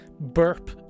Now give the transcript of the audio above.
burp